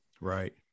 Right